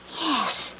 Yes